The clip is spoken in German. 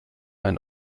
ein